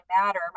matter